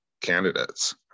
candidates